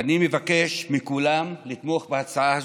אני מבקש מכולם לתמוך בהצעה הזאת,